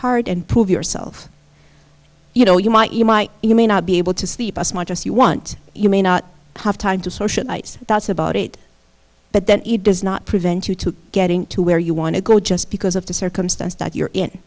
hard and prove yourself you know you might you might you may not be able to sleep as much as you want you may not have time to socialize that's about it but then it does not prevent you to getting to where you want to go just because of the circumstance that you're in